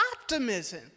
optimism